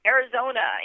Arizona